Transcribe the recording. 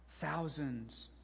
thousands